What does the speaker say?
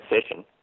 session